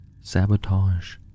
sabotage